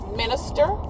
minister